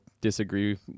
disagree